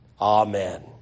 Amen